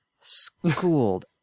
schooled